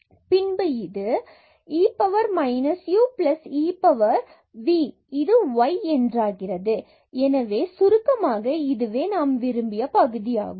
பின்பு இது e power minus u e power v is y என்று ஆகிறது எனவே சுருக்கமாக இதுவே நாம் விரும்பிய பகுதியாகும்